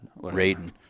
Raiden